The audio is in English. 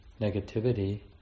negativity